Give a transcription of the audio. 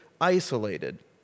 isolated